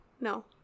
No